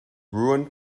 ruined